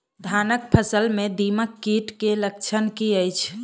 धानक फसल मे दीमक कीट केँ लक्षण की अछि?